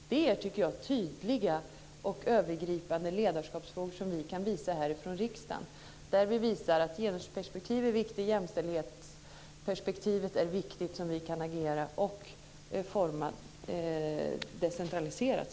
Jag tycker att det är tydliga och övergripande ledarskapsfrågor som vi kan ta upp här i riksdagen. Vi kan visa att genusperspektivet och jämställdhetsperspektivet är viktigt. Där kan vi agera, och sedan kan det utformas decentraliserat.